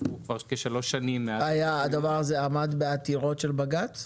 עברו כשלוש שנים מאז --- זה עמד בעתירות של בג"ץ?